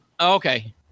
Okay